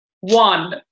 One